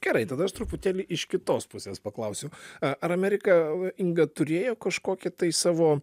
gerai tada aš truputėlį iš kitos pusės paklausiu a ar amerika inga turėjo kažkokį tai savo